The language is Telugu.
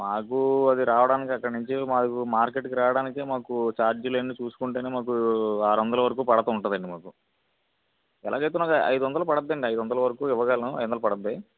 మాకు అది రావడానికి అక్కడి నుంచి మాకు మార్కెట్ కి రావడానికే మాకు ఛార్జీలు అన్నీ చూసుకుంటేనే మాకు ఆఋ వందల వరకు పడుతుం టుందండి మాకు ఎలాగైతే మాకు ఐదువం దలు పడుద్దండి ఐదువందలు వరకు ఇవ్వగలను ఐదువందలు పడుద్ది